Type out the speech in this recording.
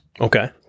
Okay